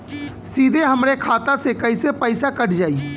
सीधे हमरे खाता से कैसे पईसा कट जाई?